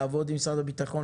לעבוד עם משרד הביטחון,